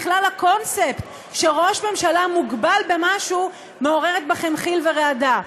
בכלל הקונספט שראש ממשלה מוגבל במשהו מעורר בכם חיל ורעדה.